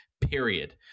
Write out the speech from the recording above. period